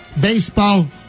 baseball